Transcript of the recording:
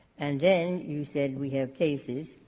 and then you said, we have cases.